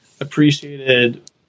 appreciated